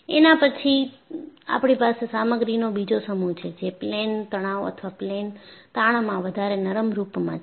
એના પછી આપણી પાસે સામગ્રીનો બીજો સમૂહ છે જે પ્લેન તણાવ અથવા પ્લેન તાણમાં વધારે નરમ રૂપમાં છે